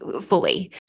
fully